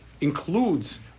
includes